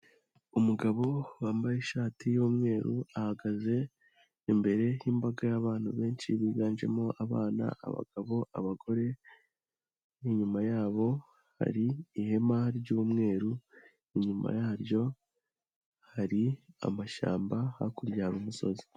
Umugabo wambaye ishati y'umweru ahagaze imbere y'imbaga y'abantu benshi biganjemo abana, abagabo, abagore inyuma yabo hari ihema ry'umweru inyuma yaryo hari amashyamba hakurya hari umusozi.